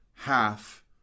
half